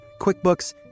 QuickBooks